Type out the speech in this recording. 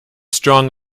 strong